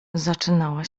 zaczynała